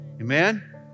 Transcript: Amen